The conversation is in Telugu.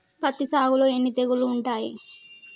పత్తి సాగులో ఎన్ని తెగుళ్లు ఉంటాయి?